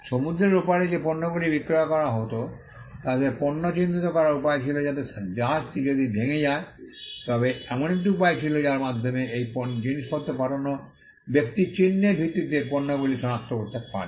সমুদ্রের ওপারে যে পণ্যগুলি বিক্রয় করা হত তাদের পণ্য চিহ্নিত করার উপায় ছিল যাতে জাহাজটি যদি ভেঙে যায় তবে এমন একটি উপায় ছিল যার মাধ্যমে এই জিনিসপত্র পাঠানো ব্যক্তি চিহ্নের ভিত্তিতে পণ্যগুলি সনাক্ত করতে পারে